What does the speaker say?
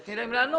תני להם לענות.